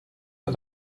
but